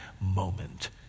moment